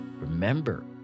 remember